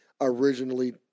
originally